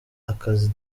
akazi